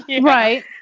Right